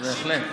בהחלט.